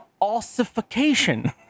ossification